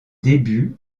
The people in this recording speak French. débuts